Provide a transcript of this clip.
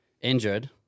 injured